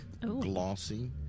glossy